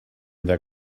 the